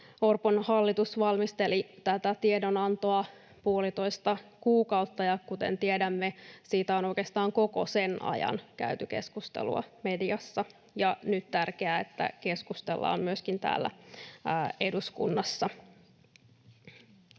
Orpon hallitus valmisteli tätä tiedonantoa puolitoista kuukautta, ja kuten tiedämme, siitä on oikeastaan koko sen ajan käyty keskustelua mediassa, ja nyt on tärkeää, että keskustellaan myöskin täällä eduskunnassa.